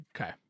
okay